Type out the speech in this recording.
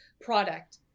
product